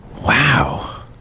Wow